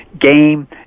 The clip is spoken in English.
game